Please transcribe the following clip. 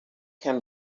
can